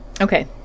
Okay